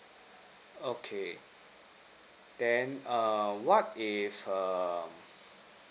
okay then um what if err